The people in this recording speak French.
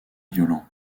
violent